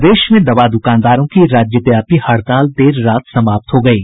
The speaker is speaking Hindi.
प्रदेश में दवा द्रकानदारों की राज्यव्यापी हड़ताल देर रात समाप्त हो गयी